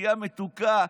שתייה מתוקה,